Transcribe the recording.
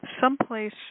someplace